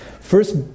First